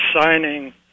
signing